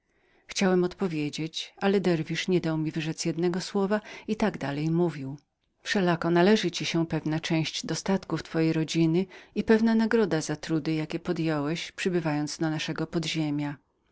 chciałem odpowiedzieć ale derwisz nie dał mi wyrzec jednego słowa i tak dalej mówił wszelako należy ci się pewna część dostatków twojej rodziny i pewna nagroda za trudy jakie podjąłeś w przybyciu do tego podziemia